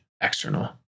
external